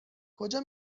کجا